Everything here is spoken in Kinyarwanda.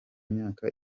myaka